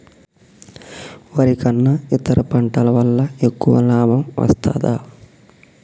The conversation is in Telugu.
వరి కన్నా ఇతర పంటల వల్ల ఎక్కువ లాభం వస్తదా?